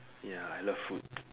ya I love food